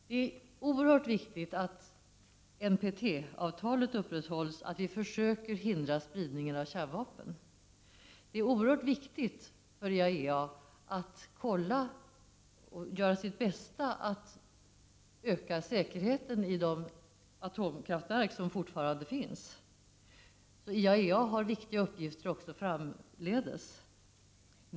Det är oerhört viktigt att NPT upprätthålls, att vi försöker hindra spridningen av kärnvapen. Det är oerhört viktigt för IAEA att göra sitt bästa för att kontrollera och öka säkerheten i de atomkraftverk som fortfarande finns. IAEA har viktiga uppgifter också framledes.